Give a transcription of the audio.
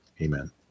Amen